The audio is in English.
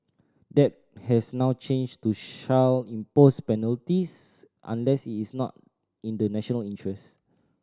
that has now changed to shall impose penalties unless it is not in the national interest